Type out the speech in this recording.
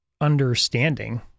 understanding